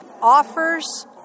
offers